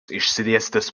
išsidėstęs